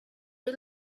you